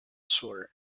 sword